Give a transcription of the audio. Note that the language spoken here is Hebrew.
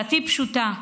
הצעתי פשוטה: